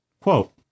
Quote